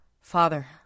Father